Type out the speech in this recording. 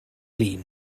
lin